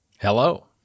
Hello